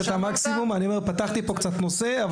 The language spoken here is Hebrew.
נושא,